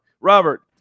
Robert